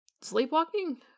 sleepwalking